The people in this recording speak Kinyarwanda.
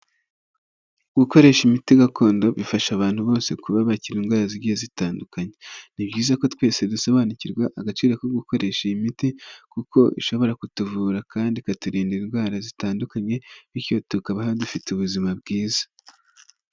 Gukoresha imiti gakondo bifasha abantu bose kuba bakira indwara zigiye zitandukanye. Ni byiza ko twese dusobanukirwa agaciro ko gukoresha iyi miti, kuko ishobora kutuvura kandi ikaturinda indwara zitandukanye, bityo tukabaho dufite ubuzima bwiza.